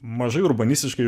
mažai urbanistiškai